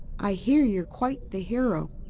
i hear you're quite the hero.